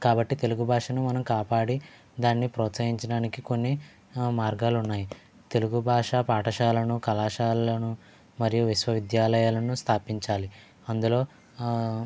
కాబట్టి తెలుగు భాషను మనం కాపాడి దాన్ని ప్రోత్సహించడానికి కొన్ని మార్గాలు ఉన్నాయి తెలుగు భాషా పాఠశాలను కళాశాలను మరియు విశ్వవిద్యాలయాలను స్థాపించాలి అందులో ఆ